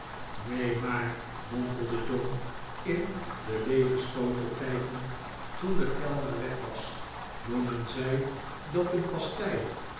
maar mompelde john in den leegen schotel kijkend toen de kellner weg was noemen zij dat een